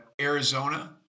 Arizona